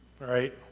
Right